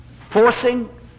forcing